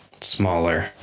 smaller